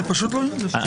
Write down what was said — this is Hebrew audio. זה פשוט לא יאומן.